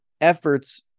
efforts